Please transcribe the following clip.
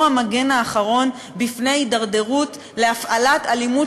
הוא המגן האחרון בפני התדרדרות להפעלת אלימות